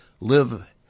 live